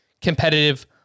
competitive